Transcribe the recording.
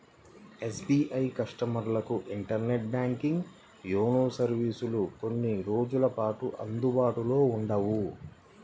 SBI కస్టమర్లకు internet banking, YONO సర్వీసులు కొన్ని రోజుల పాటు అందుబాటులో ఉండవు